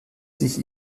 sich